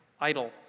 idle